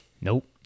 Nope